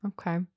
okay